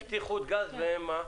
אתם בטיחות גז, והם מה?